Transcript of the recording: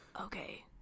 Okay